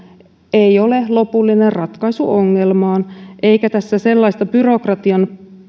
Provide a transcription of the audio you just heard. ei ole lopullinen ratkaisu ongelmaan eikä tässä sellaista byrokratian